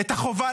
את החובה,